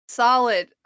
solid